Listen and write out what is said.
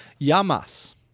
Yamas